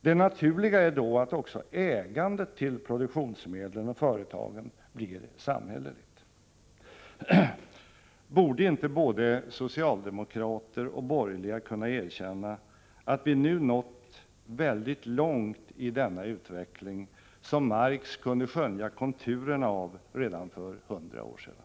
Det naturliga är då att också ägandet av produktionsmedlen och företagen blir samhälleligt. Borde inte både socialdemokrater och borgerliga kunna erkänna att vi nu har nått väldigt långt i den utveckling som Marx kunde skönja konturerna av redan för 100 år sedan?